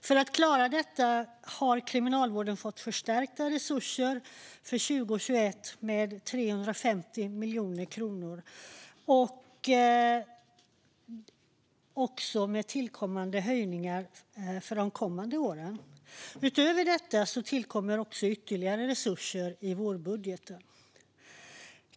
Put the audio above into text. För att klara dessa har Kriminalvårdens resurser förstärkts med 350 miljoner, och anslaget höjs kommande år. Utöver detta tillkommer ytterligare resurser i vårbudgeten.